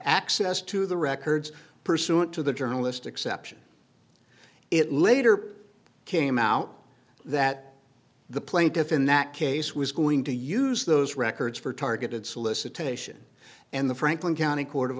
access to the records pursuant to the journalist exception it later came out that the plaintiff in that case was going to use those records for targeted solicitation and the franklin county court of